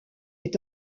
est